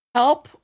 help